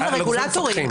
גם לרגולטורים.